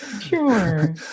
Sure